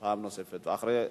את בעל הבית, הרי לא